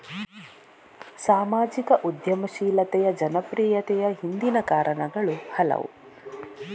ಸಾಮಾಜಿಕ ಉದ್ಯಮಶೀಲತೆಯ ಜನಪ್ರಿಯತೆಯ ಹಿಂದಿನ ಕಾರಣಗಳು ಹಲವು